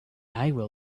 will